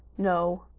no,